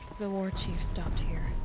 the warchief stopped here.